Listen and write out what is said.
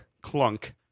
Clunk